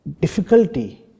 difficulty